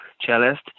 cellist